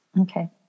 Okay